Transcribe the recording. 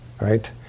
Right